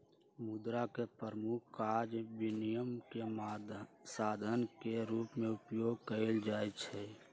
मुद्रा के प्रमुख काज विनिमय के साधन के रूप में उपयोग कयल जाइ छै